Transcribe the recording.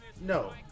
No